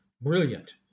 brilliant